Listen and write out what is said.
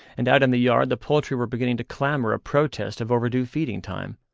and out in the yard the poultry were beginning to clamour a protest of overdue feeding-time.